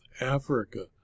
Africa